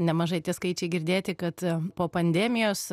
nemažai tie skaičiai girdėti kad po pandemijos